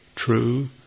True